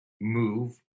move